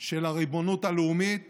של הריבונות הלאומית